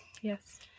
Yes